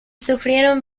sufrieron